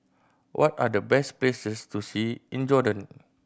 what are the best places to see in Jordan